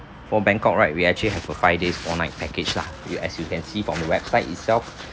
for bangkok right we actually have a five days four night` package lah you as you can see from the website itself